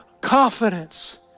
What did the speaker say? confidence